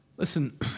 Listen